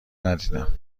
ندیدم